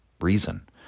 reason